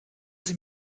sie